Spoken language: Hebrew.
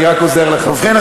ובכן,